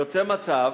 יוצא מצב